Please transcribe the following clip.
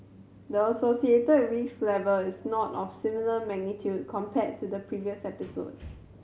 the associated risk level is not of similar magnitude compared to the previous episode